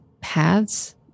paths